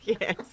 yes